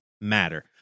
matter